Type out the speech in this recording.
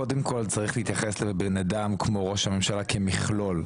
קודם כל צריך להתייחס לבן אדם כמו ראש הממשלה כמכלול,